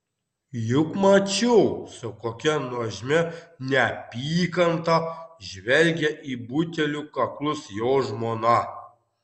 juk mačiau su kokia nuožmia neapykanta žvelgia į butelių kaklus jo žmona